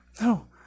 No